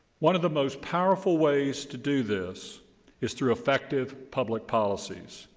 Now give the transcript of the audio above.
one of the most powerful ways to do this is through effective public policies.